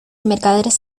mercaderes